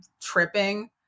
tripping